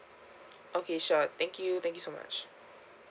okay sure thank you thank you so much